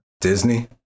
Disney